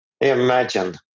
Imagine